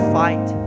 fight